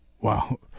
wow